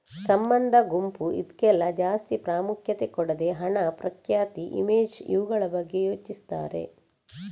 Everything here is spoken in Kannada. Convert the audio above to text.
ಸಂಬಂಧ, ಗುಂಪು ಇದ್ಕೆಲ್ಲ ಜಾಸ್ತಿ ಪ್ರಾಮುಖ್ಯತೆ ಕೊಡದೆ ಹಣ, ಪ್ರಖ್ಯಾತಿ, ಇಮೇಜ್ ಇವುಗಳ ಬಗ್ಗೆ ಯೋಚಿಸ್ತಾರೆ